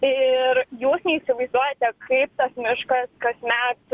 ir jūs neįsivaizduojate kaip tas miškas kasmet